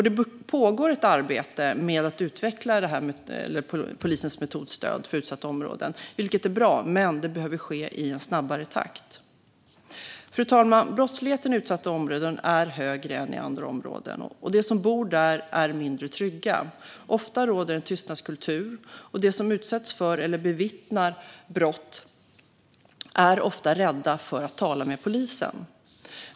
Det pågår ett arbete med att utveckla polisens metodstöd för utsatta områden, vilket är bra. Men det behöver ske i en snabbare takt. Fru talman! Brottsligheten i utsatta områden är högre än i andra områden, och de som bor där är mindre trygga. Ofta råder en tystnadskultur, och de som utsätts för eller bevittnar brott är ofta rädda för att tala med polisen.